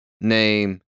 name